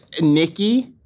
Nikki